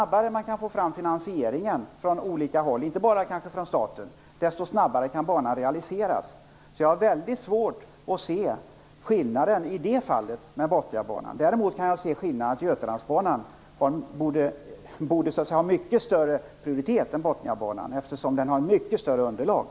Därför behövs det ingen ytterligare utredningsman.